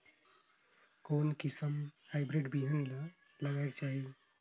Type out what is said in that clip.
कोन किसम हाईब्रिड बिहान ला लगायेक चाही?